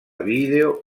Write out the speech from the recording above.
vídeo